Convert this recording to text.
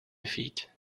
defeat